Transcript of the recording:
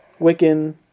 Wiccan